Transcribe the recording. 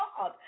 God